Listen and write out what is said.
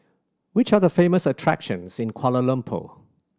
which are the famous attractions in Kuala Lumpur